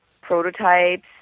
prototypes